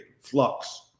flux